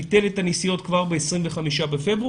ביטל את הנסיעות כבר ב-25 בפברואר,